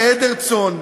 כעדר צאן.